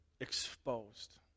exposed